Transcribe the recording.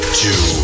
two